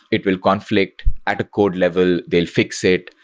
it will conflict at a code level. they'll fix it.